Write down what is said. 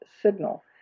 signal